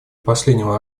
последнего